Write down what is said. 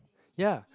ya